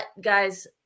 Guys